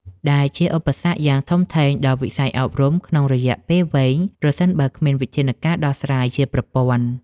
ដែលជាឧបសគ្គយ៉ាងធំធេងដល់វិស័យអប់រំក្នុងរយៈពេលវែង ប្រសិនបើគ្មានវិធានការដោះស្រាយជាប្រព័ន្ធ។